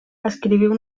escriviu